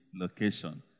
location